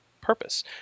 purpose